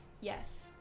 Yes